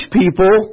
people